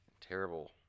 terrible